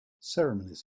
ceremonies